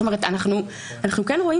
אנחנו רואים